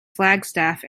flagstaff